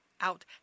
out